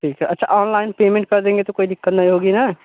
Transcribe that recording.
ठीक है अच्छा ऑनलाइन पेमेंट कर देंगे तो कोई दिक़्क़त नहीं होगी ना